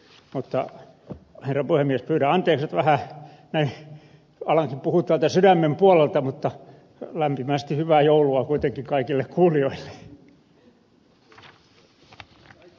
mutta herra puhemies pyydän anteeksi että vähän alan puhua täällä sydämen puolelta mutta lämpimästi hyvää joulua kuitenkin kaikille kuulijoille